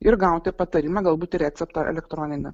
ir gauti patarimą galbūt receptą elektroninį